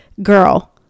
girl